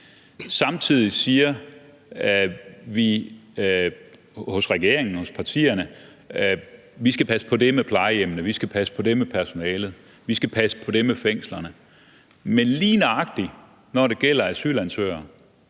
Samtidig siger vi i partierne og man siger i regeringen, at vi skal passe på det med plejehjemmene, vi skal passe på det med personalet, vi skal passe på det med fængslerne. Men lige nøjagtig når det gælder asylansøgere,